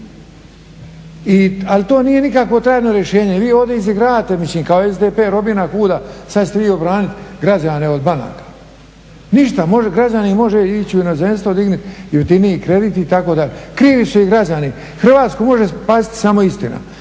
Ali to nije nikakvo trajno rješenje. Vi ovdje izigravate mislim kao SDP Robina Hooda, sad ćete vi obranit građane od banaka. Ništa, građanin može ići u inozemstvo, dignut jeftiniji kredit itd. Krivi su i građani. Hrvatsku može spasiti samo istina.